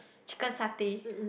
chicken satay